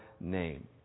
name